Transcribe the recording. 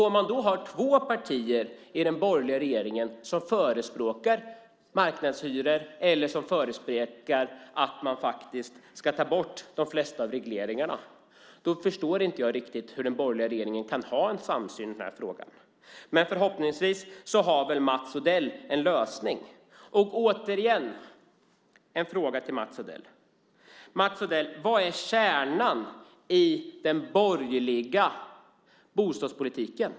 Om två av partierna i den borgerliga regeringen förespråkar marknadshyror eller förespråkar att man ska ta bort de flesta regleringarna förstår jag inte riktigt hur den borgerliga regeringen kan ha en samsyn i frågan. Förhoppningsvis har Mats Odell en lösning. Jag vill fråga Mats Odell vad som är kärnan i den borgerliga bostadspolitiken.